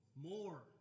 More